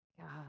God